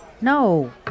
No